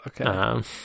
Okay